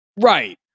Right